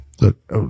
look